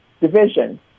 division